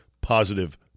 positive